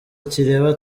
kireba